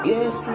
Yes